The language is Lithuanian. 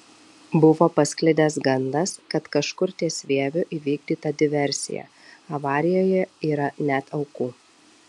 buvo pasklidęs gandas kad kažkur ties vieviu įvykdyta diversija avarijoje yra net aukų